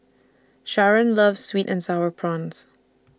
Sharron loves Sweet and Sour Prawns